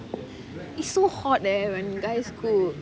it's so hot leh when guys cook